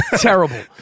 terrible